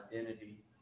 identity